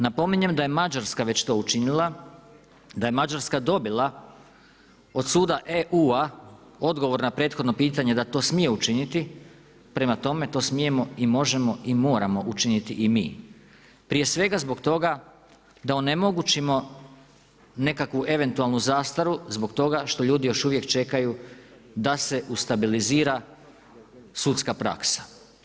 Napominjem da je Mađarska već to učinila, da je Mađarska dobila od suda EU-a odgovor na prethodno pitanje da to smije učiniti, prema tome to smijemo, i možemo, i moramo učiniti i mi, prije svega zbog toga da onemogućimo nekakvu eventualnu zastaru zbog toga što ljudi još uvijek čekaju da se ustabilizira sudska praksa.